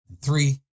Three